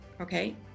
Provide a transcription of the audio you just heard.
okay